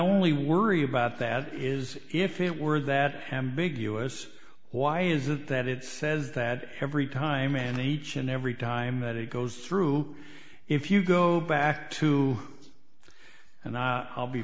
only worry about that is if it were that ambiguous why is that it says that every time in each and every time that it goes through if you go back to and i'll be